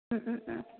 ओम ओम ओम